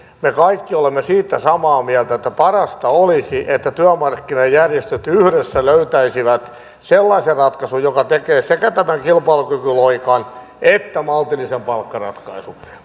me kaikki olemme siitä samaa mieltä että parasta olisi että työmarkkinajärjestöt yhdessä löytäisivät sellaisen ratkaisun joka tekee sekä tämän kilpailukykyloikan että maltillisen palkkaratkaisun